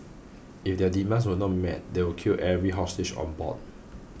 if their demands were not met they would kill every hostage on board